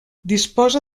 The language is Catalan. disposa